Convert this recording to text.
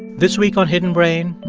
this week on hidden brain,